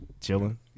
Chilling